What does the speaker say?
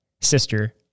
sister